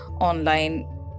online